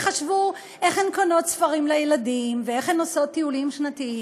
הן חשבו איך הן קונות ספרים לילדים ואיך הן עושות טיולים שנתיים.